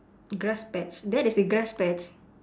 grass patch that is a grass patch